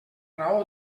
raó